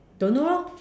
don't know